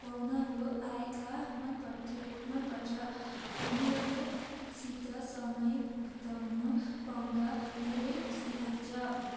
पाहुनाहरू आएका मन पर्थ्यो मनपर्छ उनीहरूसित समय बिताउन पाउँदा धेरै खुसी लाग्छ